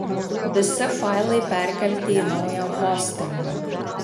visi failai perkelti į naują hostingą